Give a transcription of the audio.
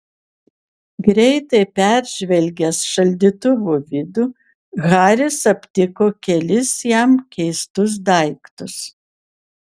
greitai peržvelgęs šaldytuvo vidų haris aptiko kelis jam keistus daiktus